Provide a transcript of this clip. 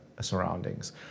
surroundings